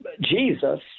Jesus